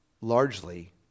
largely